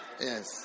Yes